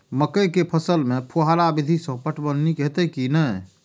मकई के फसल में फुहारा विधि स पटवन नीक हेतै की नै?